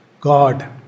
God